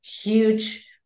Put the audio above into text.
huge